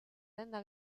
denda